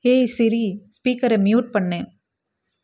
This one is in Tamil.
ஹேய் சிரி ஸ்பீக்கரை மியூட் பண்ணு